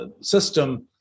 System